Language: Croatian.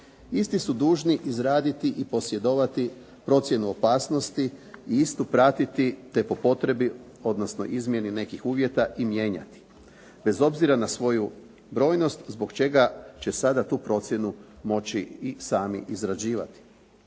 Isti su dužni izraditi i posjedovati procjenu opasnosti i istu pratiti, te po potrebi, odnosno izmijeni nekih uvjeta i mijenjati bez obzira na svoju brojnost zbog čega će sada tu procjenu moći i sami izrađivati.